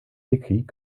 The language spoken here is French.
décrits